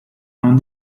non